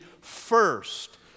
first